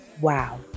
wow